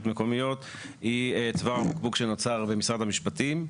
מקומיות היא צוואר הבקבוק שנוצר במשרד המשפטים.